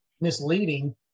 misleading